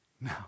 Now